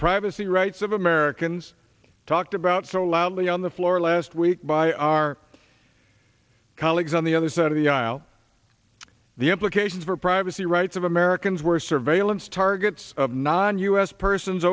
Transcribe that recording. privacy rights of americans talked about so loudly on the floor last week by our colleagues on the other side of the aisle the implications for privacy rights of americans were surveillance targets of non u s person